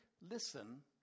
listen